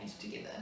together